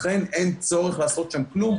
לכן אין צורך לעשות שם כלום.